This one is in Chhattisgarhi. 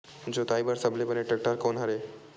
जोताई बर सबले बने टेक्टर कोन हरे?